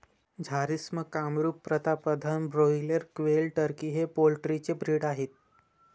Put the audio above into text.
Jharsim, Kamrup, Pratapdhan, broiler, quail, turkey हे poultry चे breed आहेत